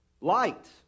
light